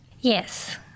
Yes